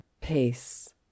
pace